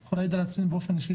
אני יכול להעיד על עצמי באופן אישי,